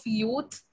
youth